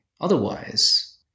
Otherwise